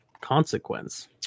consequence